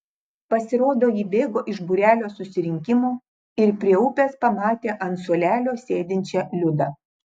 pasirodo ji bėgo iš būrelio susirinkimo ir prie upės pamatė ant suolelio sėdinčią liudą